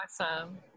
awesome